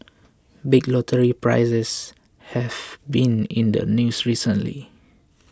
big lottery prizes have been in the news recently